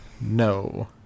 No